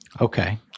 Okay